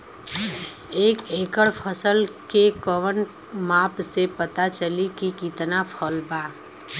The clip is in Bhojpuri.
एक एकड़ फसल के कवन माप से पता चली की कितना फल बा?